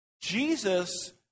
Jesus